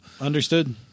Understood